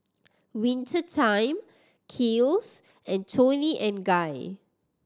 Winter Time Kiehl's and Toni and Guy